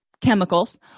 Chemicals